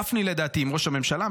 גפני לדעתי עם ראש הממשלה,